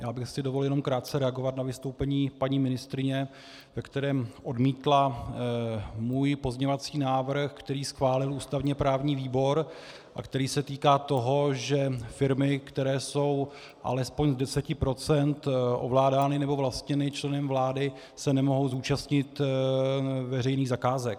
Dovolil bych si jenom krátce reagovat na vystoupení paní ministryně, ve kterém odmítla můj pozměňovací návrh, který schválil ústavněprávní výbor a který se týká toho, že firmy, které jsou alespoň z 10 % ovládány nebo vlastněny členem vlády, se nemohou zúčastnit veřejných zakázek.